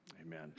Amen